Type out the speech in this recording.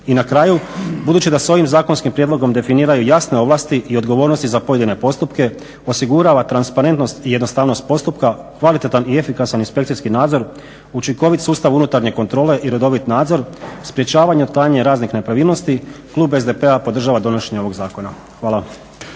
I na kraju, budući da se ovim zakonskim prijedlogom definiraju jasne ovlasti i odgovornosti za pojedine postupke, osigurava transparentnost i jednostavnost postupka, kvalitetan i efikasan inspekcijski nadzor, učinkovit sustav unutarnje kontrole i redovit nadzor, sprečavanje otklanjanja raznih nepravilnosti, klub SDP-a podržava donošenje ovog zakona. Hvala.